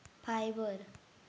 fibre